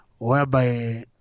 whereby